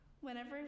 Whenever